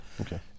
Okay